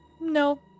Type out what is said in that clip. No